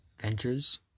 ventures